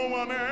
one